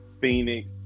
Phoenix